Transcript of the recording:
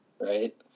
right